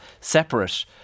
separate